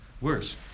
worse